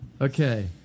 Okay